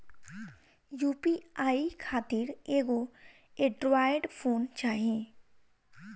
UPI खातिर एगो android phone चाही